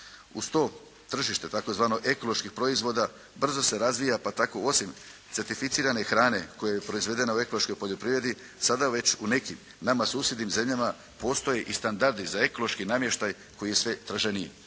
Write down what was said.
Uz to tržište tzv. ekoloških proizvoda brzo se razvija, pa tako osim certificirane hrane koja je proizvedena u ekološkoj poljoprivredi sada već u nekim nama susjednim zemljama postoje i standardi za ekološki namještaj koji je sve traženiji.